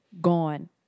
gone